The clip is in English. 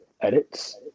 edits